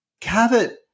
Cavett